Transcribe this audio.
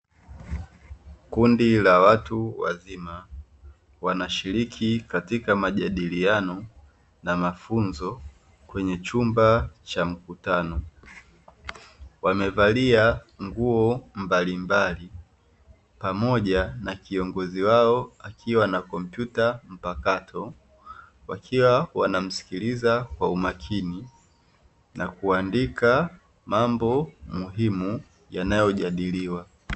Kundi la watu wazima wanashiriki katika majadiliano na mafunzo kwenye chumba cha mkutano. Wamevalia nguo mbalimbali pamoja na kiongozi wao akiwa na kompyuta mpakato, wakiwa wanamsikiliza kwa umakini na kuandika mambo muhimu yanayojadiliwa.